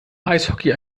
eishockey